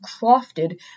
crafted